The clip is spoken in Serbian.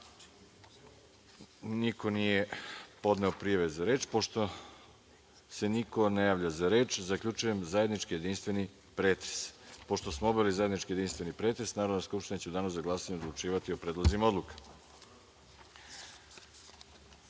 (Ne)Niko nije podneo prijave za reč. Pošto se niko ne javlja za reč, zaključujem zajednički jedinstveni pretres. Pošto smo obavili zajednički jedinstveni pretres, Narodna skupština će u danu za glasanje odlučivati o predlozima